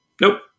nope